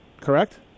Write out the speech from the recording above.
correct